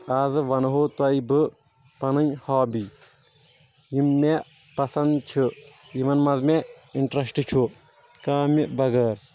آزٕ ونہو تۄہہِ بہٕ پنٕنۍ ہابی یِم مےٚ پسنٛد چھِ یِمن منٛز مےٚ انٹرشٹ چھُ کامہِ بغٲر